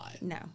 No